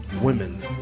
Women